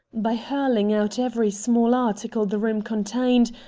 by hurling out every small article the room contained,